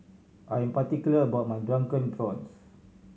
I am particular about my Drunken Prawns